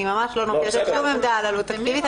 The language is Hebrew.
אני ממש לא נוקטת שום עמדה על עלות תקציבית,